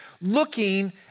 looking